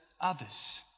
others